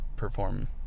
perform